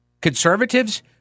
Conservatives